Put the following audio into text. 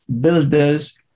builders